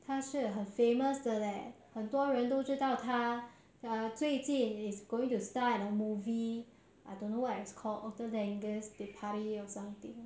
她是很 famous 的 leh 很多人都知道她 uh 最近 is going to star in a movie I don't know what it's called author than england's to the party or something